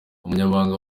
umunyamabanga